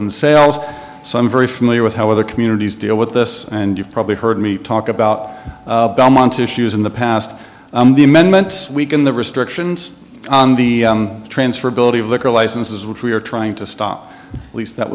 and sales so i'm very familiar with how other communities deal with this and you've probably heard me talk about belmont issues in the past the amendments weaken the restrictions on the transferability of liquor licenses which we're trying to stop at least that